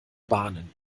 bahnen